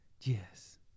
Yes